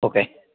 okay